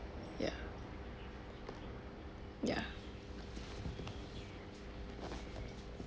ya ya